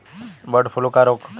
Bird flu का रोग होखे?